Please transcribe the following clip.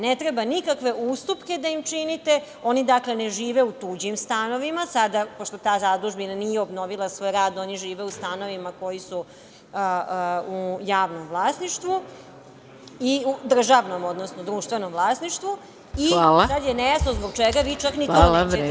Ne treba nikakve ustupke da im činite, oni ne žive u tuđim stanovima, sada pošto ta zadužbina nije obnovila svoj rad, oni žive u stanovima koji su u javnom vlasništvu, državnom, odnosno, društvenom i sad je nejasno zbog čega vi čak ni to nećete da učinite.